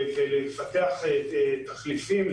פיתוח תחליפים,